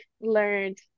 learned